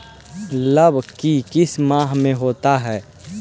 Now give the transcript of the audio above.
लव की किस माह में होता है?